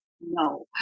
No